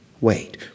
Wait